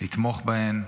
לתמוך בהן,